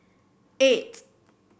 eight